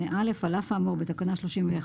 138.הוראת מעבר על אף האמור בתקנה 31(א),